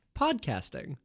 podcasting